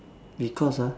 because ah